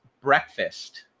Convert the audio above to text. Breakfast